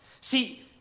See